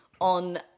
on